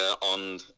on